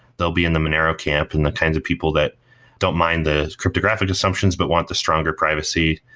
they'll be in the monero camp and the kind of people that don't mind the cryptographic assumptions, but want the stronger privacy,